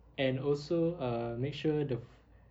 and also err make sure the fo~